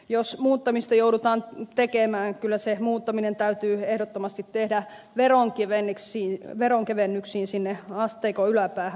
jos muuttamista joudutaan tekemään kyllä se muuttaminen täytyy ehdottomasti tehdä veronkevennyksiin sinne asteikon yläpäähän